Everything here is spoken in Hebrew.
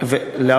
לא למפלגה.